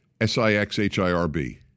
S-I-X-H-I-R-B